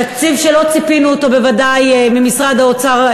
תקציב שלא ציפינו לו בוודאי ממשרד האוצר,